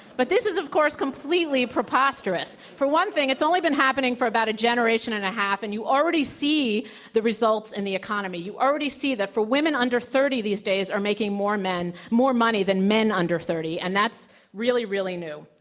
but this is, of course, completely preposterous. for one thing, it's only been happening for about a generation and a half, and you already see the results in the economy. you already see that for women under thirty these days are making more money than men under thirty. and that's really, really new.